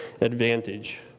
advantage